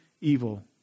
evil